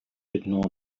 ignore